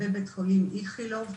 בבית חולים איכילוב,